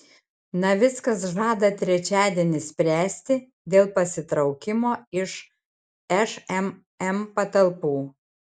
navickas žada trečiadienį spręsti dėl pasitraukimo iš šmm patalpų